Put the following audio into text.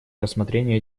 рассмотрению